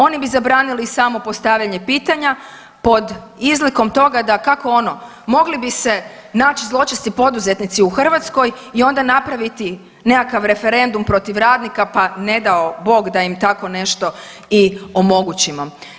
Oni bi zabranili samo postavljanje pitanja pod izlikom toga da kako ono mogli bi se naći zločesti poduzetnici u Hrvatskoj i onda napraviti nekakav referendum protiv radnika, pa ne dao bog da im tako nešto i omogućimo.